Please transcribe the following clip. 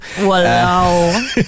Wow